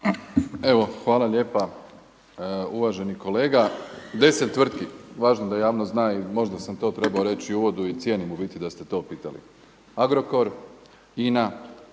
Evo hvala lijepa uvaženi kolega. 10 tvrtki važno da javnost zna i možda sam to i trebao reći u uvodu i cijenim u biti da ste to pitali. Agrokor, INA,